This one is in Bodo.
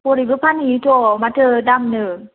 हरैबो फानहैयोथ' माथो दामनो